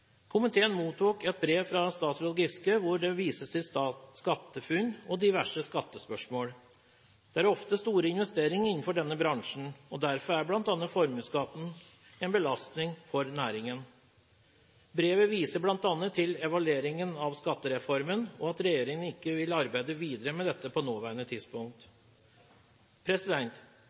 Komiteen mottok et brev fra statsråd Giske hvor det vises til SkatteFUNN og diverse skattespørsmål. Det er ofte store investeringer innenfor denne bransjen. Derfor er bl.a. formuesskatt en belastning for næringen. Brevet viser bl.a. til evalueringen av skattereformen og at regjeringen ikke vil arbeide videre med dette på det nåværende tidspunkt.